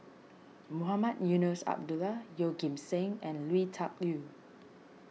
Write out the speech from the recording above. Mohamed Eunos Abdullah Yeoh Ghim Seng and Lui Tuck Yew